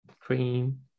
cream